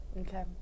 Okay